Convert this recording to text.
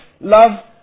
love